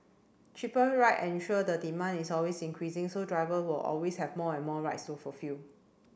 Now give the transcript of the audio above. cheaper ride ensure the demand is always increasing so driver will always have more and more rides to fulfil